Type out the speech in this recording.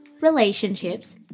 relationships